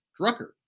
Drucker